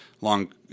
long